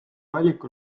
valik